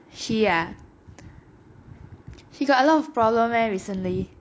she ah she got a lot of problem leh recently